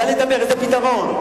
קל לדבר, איזה פתרון?